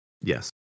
Yes